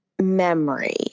memory